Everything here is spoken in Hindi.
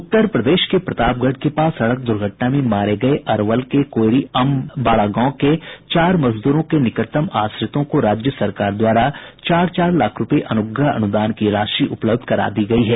उत्तर प्रदेश के प्रतापगढ़ के पास सड़क दुर्घटना में मारे गये अरवल के कोईरीअम बारा गांव के चार मजदूरों के निकटतम आश्रितों को राज्य सरकार द्वारा चार चार लाख रूपये अनुग्रह अनुदान की राशि उपलब्ध करा दी गयी है